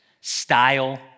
style